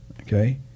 Okay